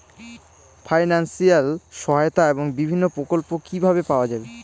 Financial সহায়তা এবং বিভিন্ন প্রকল্প কিভাবে পাওয়া যাবে?